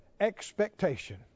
expectation